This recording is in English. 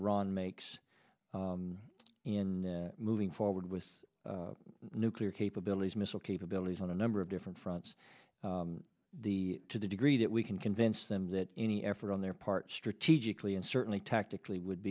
iran makes in moving forward with nuclear capabilities missile capabilities on a number of different fronts the to the degree that we can convince them that any effort on their part strategically and certainly tactically would